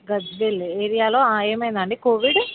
గజ్వేల్ ఏరియాలో ఆ ఏమైంది అండి కోవిడ్